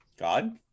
god